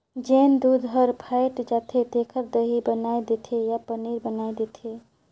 जेन दूद हर फ़ायट जाथे तेखर दही बनाय देथे या पनीर बनाय देथे